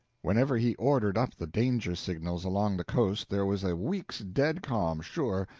whenever he ordered up the danger-signals along the coast there was a week's dead calm, sure,